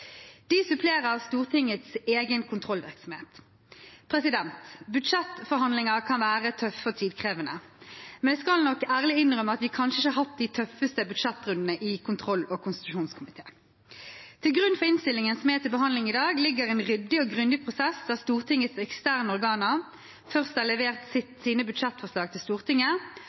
De supplerer Stortingets egen kontrollvirksomhet. Budsjettforhandlinger kan være tøffe og tidkrevende, men jeg skal nok ærlig innrømme at vi kanskje ikke har hatt de tøffeste budsjettrundene i kontroll- og konstitusjonskomiteen. Til grunn for innstillingen som er til behandling i dag, ligger en ryddig og grundig prosess, der Stortingets eksterne organer først har levert sine budsjettforslag til Stortinget,